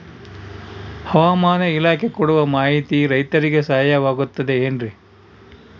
ಹವಮಾನ ಇಲಾಖೆ ಕೊಡುವ ಮಾಹಿತಿ ರೈತರಿಗೆ ಸಹಾಯವಾಗುತ್ತದೆ ಏನ್ರಿ?